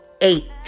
eight